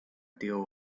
deal